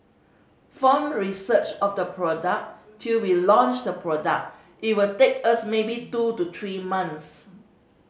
from research of the product till we launch the product it will take us maybe two to three months